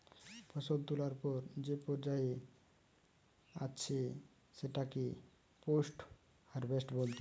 ফসল তোলার পর যে পর্যায়ে আছে সেটাকে পোস্ট হারভেস্ট বলতিছে